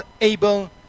able